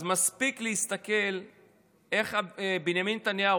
אז מספיק להסתכל איך בנימין נתניהו,